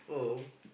oh